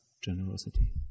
Generosity